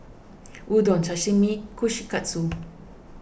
Udon Sashimi Kushikatsu